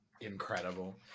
Incredible